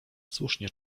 słusznie